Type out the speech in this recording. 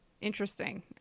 Interesting